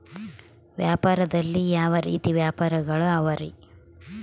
ವ್ಯಾಪಾರದಲ್ಲಿ ಯಾವ ರೇತಿ ವ್ಯಾಪಾರಗಳು ಅವರಿ?